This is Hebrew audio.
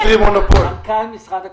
אני צריך את מנכ"ל משרד הכלכלה.